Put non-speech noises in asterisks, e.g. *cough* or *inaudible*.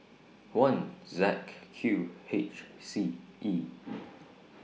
one Z Q H C E *noise*